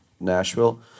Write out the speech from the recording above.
nashville